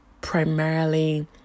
primarily